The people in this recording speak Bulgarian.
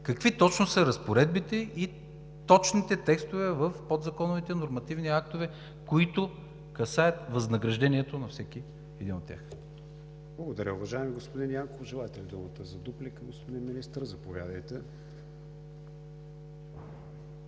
какви точно са разпоредбите и точните текстове в подзаконовите нормативни актове, които касаят възнаграждението на всеки един от тях. ПРЕДСЕДАТЕЛ КРИСТИАН ВИГЕНИН: Благодаря, уважаеми господин Янков. Желаете ли думата за дуплика, господин Министър? Заповядайте.